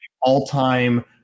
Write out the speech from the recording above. all-time